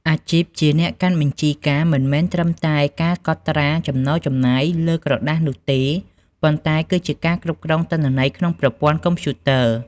អាជីពជាអ្នកកាន់បញ្ជីការមិនមែនត្រឹមតែការកត់ត្រាចំណូលចំណាយលើក្រដាសនោះទេ ប៉ុន្តែគឺជាការគ្រប់គ្រងទិន្នន័យក្នុងប្រព័ន្ធកុំព្យូទ័រ។